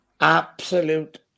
Absolute